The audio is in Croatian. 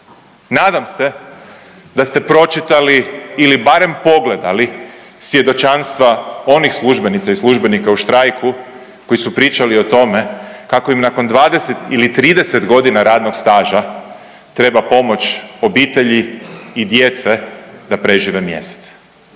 Nadam se da ste pročitali ili barem pogledali svjedočanstva onih službenica i službenika u štrajku koji su pričali o tome kako im nakon 20 ili 30 godina radnog staža treba pomoć obitelji i djece da prežive mjesec.